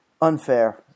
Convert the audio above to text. unfair